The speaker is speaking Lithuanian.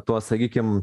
tuos sakykim